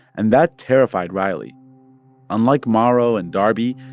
and that terrified riley unlike mauro and darby,